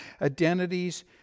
identities